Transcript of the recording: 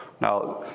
Now